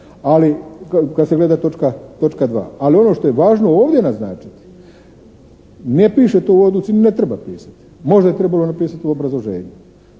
ali kad se gleda točka 2., ali ono što je važno ovdje naznačiti ne piše to u odluci ni ne treba pisati. Možda je trebalo napisati u obrazloženju.